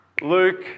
Luke